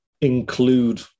include